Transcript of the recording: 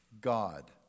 God